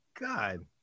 God